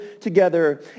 together